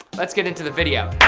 let's get into the video.